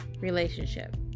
relationship